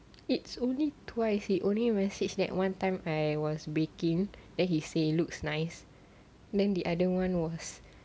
it's only twice he only message that one time I was baking then he say it looks nice then the other one was